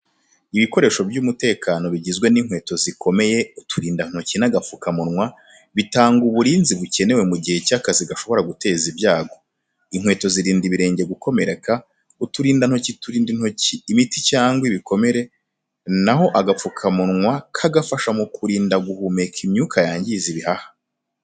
Ibikoresho by’umutekano bigizwe n’inkweto zikomeye, uturindantoki, n’agapfukamunwa bitanga uburinzi bukenewe mu gihe cy’akazi gashobora guteza ibyago. Inkweto zirinda ibirenge gukomereka, uturindantoki turinda intoki imiti cyangwa ibikomere, na ho agapfukamunwa kagafasha mu kurinda guhumeka imyuka yangiza ibihaha.